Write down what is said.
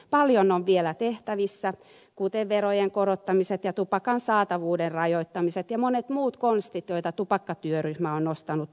paljon on vielä tehtävissä kuten verojen korottamiset ja tupakan saatavuuden rajoittamiset ja monet muut konstit joita tupakkatyöryhmä on nostanut esille